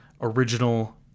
original